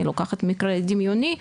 אני לוקחת מקרה דמיוני,